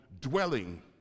dwelling